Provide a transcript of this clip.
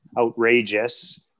outrageous